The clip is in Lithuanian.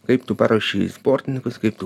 kaip tu paruošei sportininkus kaip tu